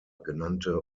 genannte